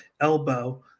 elbow